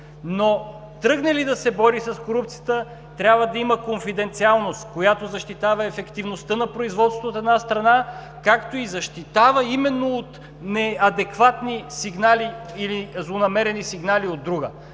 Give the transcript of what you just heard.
Тръгне ли обаче да се бори с корупцията трябва да има конфиденциалност, която защитава ефективността на производството, от една страна, както и защитава от неадекватни или злонамерени сигнали, от друга